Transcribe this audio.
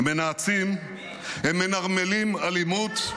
הם מנאצים, הם מנרמלים אלימות.